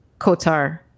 Kotar